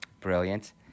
Brilliant